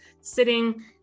sitting